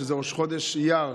ראש חודש אייר,